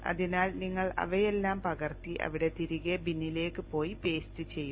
അതിനാൽ നിങ്ങൾ അവയെല്ലാം പകർത്തി അവിടെ തിരികെ ബിന്നിലേക്ക് പോയി പേസ്റ്റ് ചെയ്യുക